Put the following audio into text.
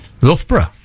Loughborough